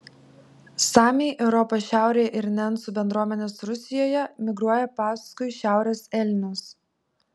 samiai europos šiaurėje ir nencų bendruomenės rusijoje migruoja paskui šiaurės elnius